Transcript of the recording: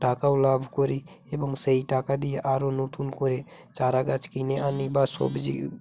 টাকাও লাভ করি এবং সেই টাকা দিয়ে আরো নতুন করে চারাগাছ কিনে আনি বা সবজি